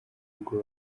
ubwo